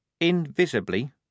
invisibly